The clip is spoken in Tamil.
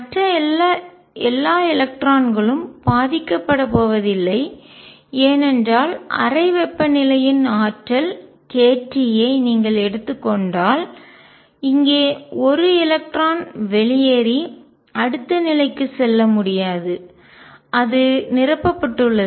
மற்ற எல்லா எலக்ட்ரான்களும் பாதிக்கப் பட போவதில்லை ஏனென்றால் அறை வெப்பநிலையின் ஆற்றல் kT யை நீங்கள் எடுத்துக் கொண்டால் இங்கே ஒரு எலக்ட்ரான் வெளியேறி அடுத்த நிலைக்கு செல்ல முடியாதுஅது நிரப்பப்பட்டுள்ளது